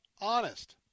honest